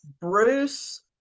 Bruce